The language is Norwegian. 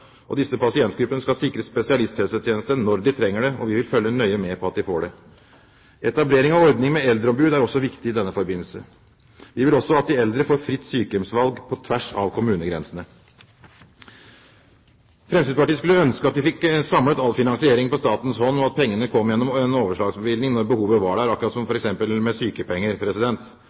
Disse pasientgruppene skal sikres spesialisthelsetjeneste når de trenger det, og vi vil følge nøye med på at de får det. Etablering av ordning med eldreombud er også viktig i denne forbindelse. Vi vil også at de eldre får fritt sykehjemsvalg på tvers av kommunegrensene. Fremskrittspartiet skulle ønske at vi fikk samlet all finansiering på statens hånd og at pengene kom gjennom en overslagsbevilgning når behovet var der, akkurat som f.eks. med sykepenger.